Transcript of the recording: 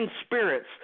spirits